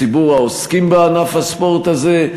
ציבור העוסקים בענף הספורט הזה,